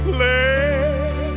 let